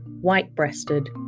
white-breasted